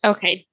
Okay